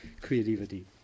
creativity